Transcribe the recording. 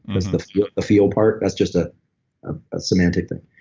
as the feel feel part. that's just a ah ah semantic thing.